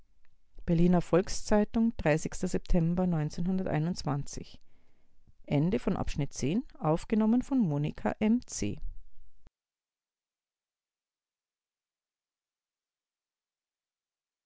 berliner volks-zeitung s september